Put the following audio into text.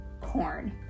Corn